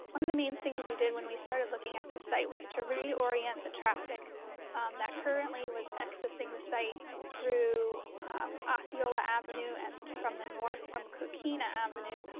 one of the main things we did when we started looking at this site was to reorient the traffic um that currently was exiting the site through osceola avenue and from the north, from coquina avenue,